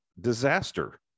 disaster